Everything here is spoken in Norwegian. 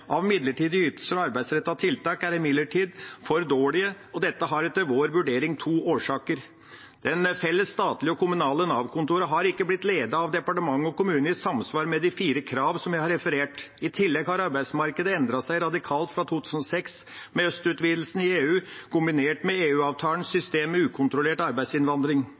av midlertidige ytelser og arbeidsrettede tiltak er imidlertid for dårlige, og dette har etter vår vurdering to årsaker. Det felles statlige og kommunale Nav-kontoret har ikke blitt ledet av departement og kommune i samsvar med de fire krav som jeg har referert. I tillegg har arbeidsmarkedet endret seg radikalt fra 2006, med østutvidelsen i EU kombinert med EU-avtalens system med ukontrollert arbeidsinnvandring.